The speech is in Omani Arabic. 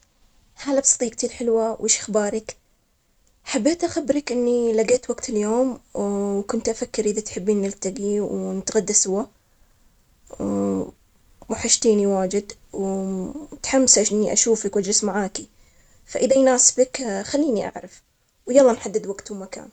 هلا والله، شاخبارك؟ وش علومك؟ كيف صحتك؟ حبيت أقول لك إذا تقدر نلتقي اليوم على الغداء سوياً، نشارك الغداء, إيش رأيك نروح مطعم؟ وإذا الساعة الواحدة تناسبك, خبرني, وخبرني إذا كنت متفرغ وما عندك شي اليوم, حتى نقعد سوا ونتغدى ونعيد شوية ذكريات, أسمع منك عن قريب.